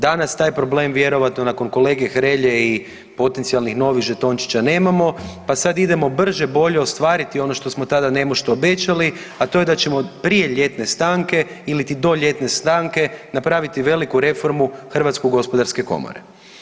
Danas taj problem vjerojatno nakon kolege Hrelje i potencijalnih novih žetončića nemamo, pa sad idemo brže bolje ostvariti ono što smo tada nemušto obećali, a to je da ćemo prije ljetne stanke iliti do ljetne stanke napraviti veliku reformu Hrvatske gospodarske komore.